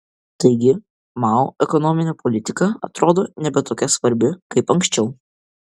taigi mao ekonominė politika atrodo nebe tokia svarbi kaip anksčiau